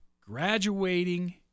graduating